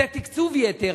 זה תקצוב יתר.